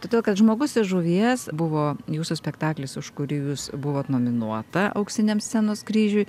todėl kad žmogus iš žuvies buvo jūsų spektaklis už kurį jūs buvot nominuota auksiniam scenos kryžiui